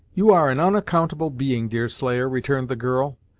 you are an unaccountable being, deerslayer, returned the girl,